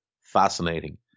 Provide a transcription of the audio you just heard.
fascinating